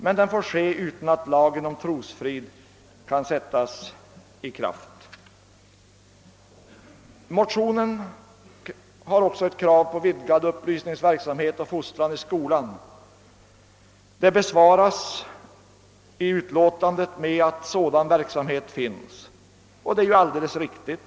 Och det får ske utan att lagen om trosfrid kan sättas i kraft. I motionerna finns också ett krav på vidgad upplysningsverksamhet och fostran i skolan. Utskottet skriver i utlåtandet att sådan verksamhet bedrivs, och det är alldeles riktigt.